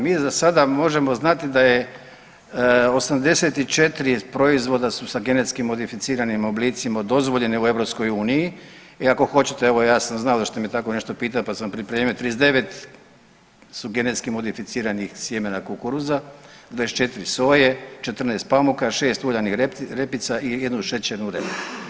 Mi za sada možemo znati da je 84 proizvoda su sa genetski modificiranim oblicima dozvoljeni u EU i ako hoćete evo ja sam znao da ćete me tako nešto pitat, pa sam pripremio, 39 su genetski modificiranih sjemena kukuruza, 24 soje, 14 pamuka, 6 uljanih repica i jednu šećernu repu.